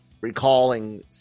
recalling